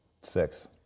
Six